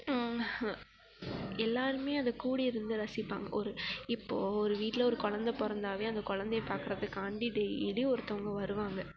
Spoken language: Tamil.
எல்லோருமே அதை கூடி இருந்து ரசிப்பாங்க ஒரு இப்போது ஒரு வீட்டில் ஒரு கொழந்த பிறந்தாவே அந்த கொழந்தைய பார்க்கறதுக்காண்டி டெய்லி ஒருத்தங்க வருவாங்க